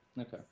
Okay